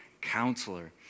counselor